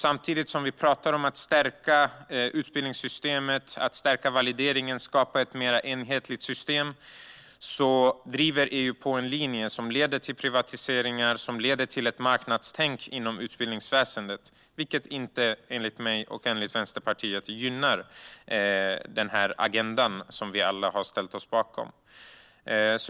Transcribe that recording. Samtidigt som vi pratar om att stärka utbildningssystemet, stärka valideringen och skapa ett mer enhetligt system driver EU en linje som leder till privatiseringar och ett marknadstänk inom utbildningsväsendet, vilket - enligt mig och Vänsterpartiet - inte gynnar den agenda som vi alla har ställt oss bakom.